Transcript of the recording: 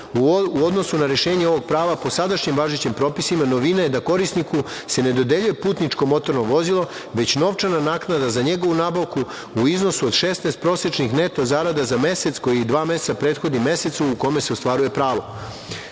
u odnosu na rešenje ovog prava po sadašnjim važećim propisima, novina je da korisniku se ne dodeljuje putničko motorno vozilo, već novčana naknada za njegovu nabavku u iznosu od 16 prosečnih neto zarada za mesec koji dva meseca prethodi mesecu u kome se ostvaruje pravo. Članom